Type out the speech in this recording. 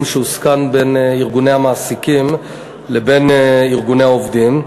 שהוסכם בין ארגוני המעסיקים לבין ארגוני העובדים,